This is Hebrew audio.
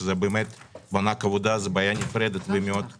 שבאמת מענק עבודה זה בעיה נפרדת ומאוד גדולה.